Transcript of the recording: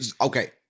okay